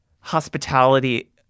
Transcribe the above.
hospitality